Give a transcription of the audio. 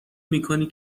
میکنی